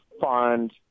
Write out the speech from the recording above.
Fund